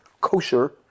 kosher